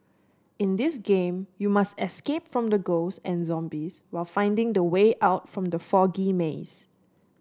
in this game you must escape from the ghosts and zombies while finding the way out from the foggy maze